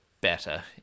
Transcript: better